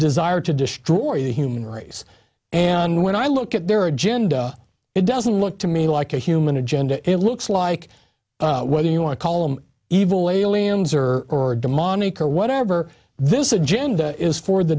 desire to destroy the human race and when i look at their agenda it doesn't look to me like a human agenda it looks like whether you want to call them evil aliens or or demonic or whatever this agenda is for the